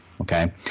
Okay